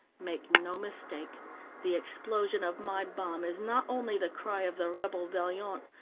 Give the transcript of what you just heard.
make no mistake the explosion of my bomb is not only the cry of the rebel vaillant,